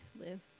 live